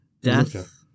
Death